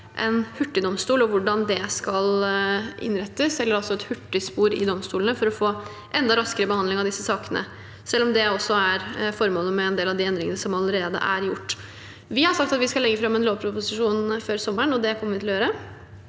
en hurtigdomstol og hvordan det skal innrettes, altså et hurtigspor i domstolene for å få enda raskere behandling av disse sakene, selv om det også er formålet med en del av de endringene som allerede er gjort. Vi har sagt at vi skal legge fram en lovproposisjon før sommeren, og det kommer vi til å gjøre,